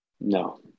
No